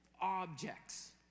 objects